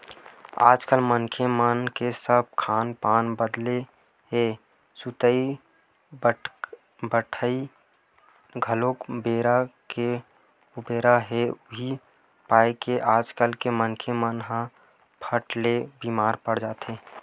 आजकल मनखे मन के सब खान पान बदले हे सुतई बइठई घलोक बेरा के उबेरा हे उहीं पाय के आजकल के मनखे मन ह फट ले बीमार पड़ जाथे